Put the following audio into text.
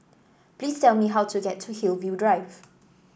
please tell me how to get to Hillview Drive